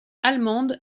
allemande